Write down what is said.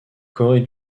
corée